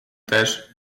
też